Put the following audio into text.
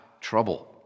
trouble